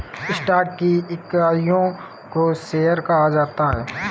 stock की इकाइयों को शेयर कहा जाता है